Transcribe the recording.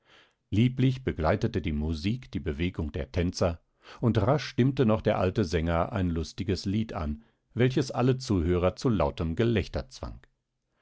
lieblich begleitete die musik die bewegung der tänzer und rasch stimmte noch der alte sänger ein lustiges lied an welches alle zuhörer zu lautem gelächter